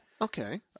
Okay